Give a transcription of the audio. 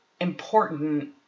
important